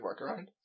workaround